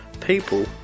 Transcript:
people